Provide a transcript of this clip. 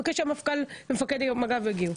בבקשה, המפכ"ל ומפקד מג"ב הגיעו.